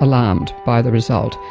alarmed by the result.